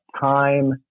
time